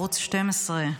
ערוץ 12,